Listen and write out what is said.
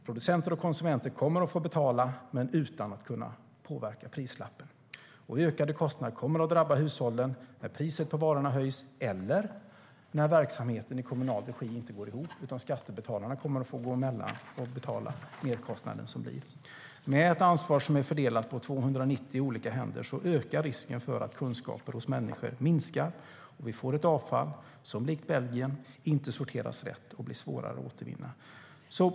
Producenter och konsumenter kommer att få betala - men utan att kunna påverka prislappen. Ökade kostnader kommer att drabba hushållen när priset på varorna höjs eller när verksamheten i kommunal regi inte går ihop och skattebetalarna i stället får gå emellan och betala de merkostnader som blir. Med ett ansvar som är fördelat på 290 olika händer ökar risken för att kunskapen hos människor minskar, och då får vi ett avfall som - likt hur det är i Belgien - inte sorteras rätt och blir svårare att återvinna.